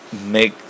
make